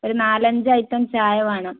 ഒരു നാലഞ്ചു ഐറ്റം ചായ വേണം